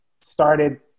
started